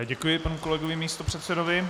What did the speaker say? Děkuji panu kolegovi místopředsedovi.